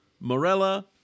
Morella